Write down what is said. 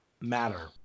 matter